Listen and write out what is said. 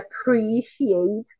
appreciate